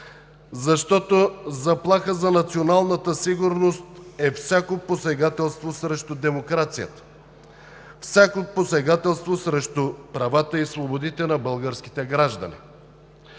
Защото заплаха за националната сигурност е всяко посегателство срещу демокрацията, всяко посегателство срещу правата и свободите на българските граждани.